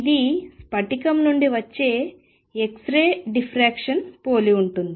ఇది స్ఫటికం నుండి వచ్చే x రే డిఫ్రాక్క్షన్ని పోలి ఉంటుంది